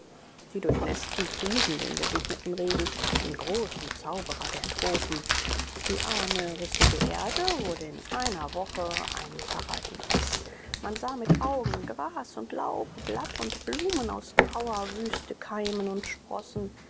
die durchnäßten priesen den gesegneten regen den großen zauberer der tropen die arme rissige erde wurde in einer woche ein paradies man sah mit augen gras und laub blatt und blume aus grauer wüste keimen und sprossen